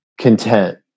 content